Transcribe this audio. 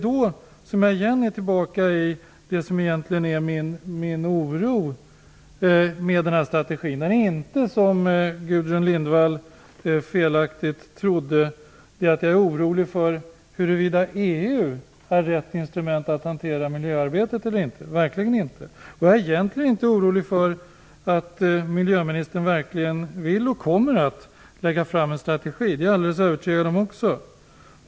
Då är jag tillbaka i det som min oro egentligen gäller. Det är inte så som Gudrun Lindvall felaktigt trodde, att jag är orolig för huruvida EU har rätt instrument att hantera miljöarbetet eller inte, verkligen inte. Jag är egentligen inte orolig för om miljöministern verkligen vill eller kommer att lägga fram en strategi - jag är alldeles övertygad om det.